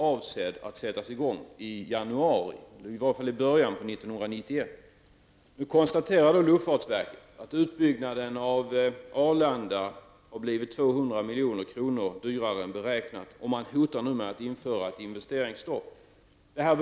I januari 1991 var utbyggnaden planerad att sättas i gång. Men nu konstaterar luftfartsverket, att utbyggnaden av Arlanda blivit 200 milj.kr. dyrare än beräknat. Luftfartsverket hotar nu med investeringsstopp.